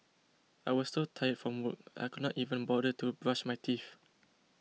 I was so tired from work I could not even bother to brush my teeth